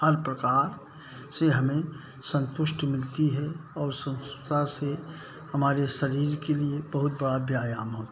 हर प्रकार से हमें संतुष्टि मिलती है और से हमारे शरीर के लिए बहुत बड़ा व्यायाम होता है